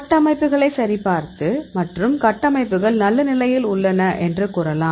கட்டமைப்புகளைக் சரிபார்த்து மற்றும் கட்டமைப்புகள் நல்ல நிலையில் உள்ளன என்று கூறலாம்